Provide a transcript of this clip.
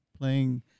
playing